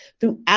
throughout